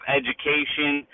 education